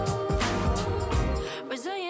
Resilient